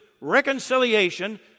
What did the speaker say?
reconciliation